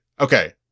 Okay